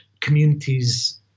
communities